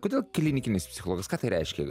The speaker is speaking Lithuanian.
kodėl klinikinis psichologas ką tai reiškia